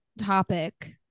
topic